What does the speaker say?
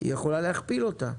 היא יכולה להכפיל אותה.